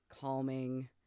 calming